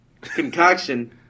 concoction